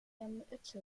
ermittelt